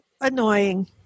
annoying